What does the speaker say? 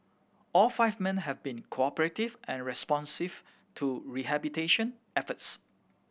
all five men have been cooperative and responsive to rehabilitation efforts